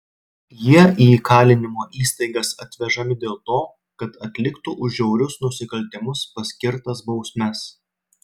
jie į įkalinimo įstaigas atvežami dėl to kad atliktų už žiaurius nusikaltimus paskirtas bausmes